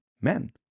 men